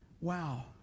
wow